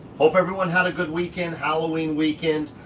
hope everyone had a good weekend, halloween weekend,